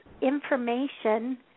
information